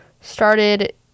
started